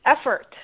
effort